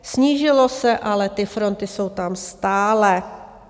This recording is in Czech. Snížilo se, ale ty fronty jsou tam stále.